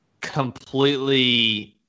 completely